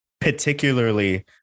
particularly